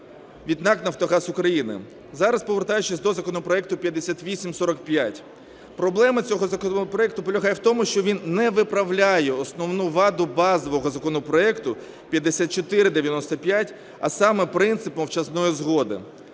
від НАК "Нафтогаз України". Зараз, повертаючись до законопроекту 5845. Проблема цього законопроекту полягає в тому, що він не виправляє основну ваду базового законопроекту 5495, а саме, принцип мовчазної згоди.